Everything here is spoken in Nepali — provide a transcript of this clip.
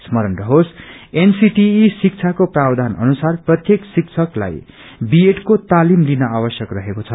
स्मरण रहोस् एसीटीई शिक्षाको प्रावधान अनुसार प्रत्येक शिक्षकलाई बीएड को तालिम लिन आवश्यक रहेको छ